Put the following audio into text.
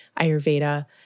Ayurveda